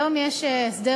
היום יש הסדר,